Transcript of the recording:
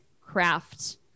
craft